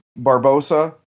Barbosa